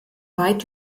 weit